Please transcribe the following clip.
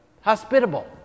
hospitable